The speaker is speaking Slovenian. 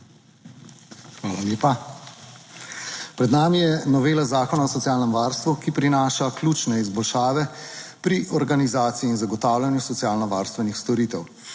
Hvala lepa. Pred nami je novela Zakona o socialnem varstvu, ki prinaša ključne izboljšave pri organizaciji in zagotavljanju socialno varstvenih storitev.